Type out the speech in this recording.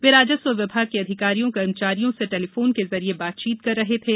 वे राजस्व विभाग के अधिकारियों कर्मचारियों से टेलीफोन के जरिए बातचीत कर रहे थे